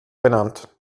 benannt